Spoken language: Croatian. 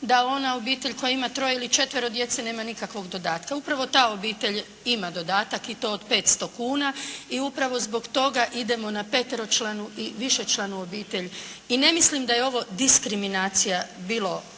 da ona obitelj koja ima troje ili četvero djece nema nikakvog dodatka. Upravo ta obitelj ima dodatak i to od 500 kuna. I upravo zbog toga idemo na peteročlanu i višečlanu obitelj. I ne mislim da je ovo diskriminacija bilo